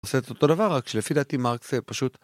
עושה את אותו דבר רק שלפי דעתי מרקס פשוט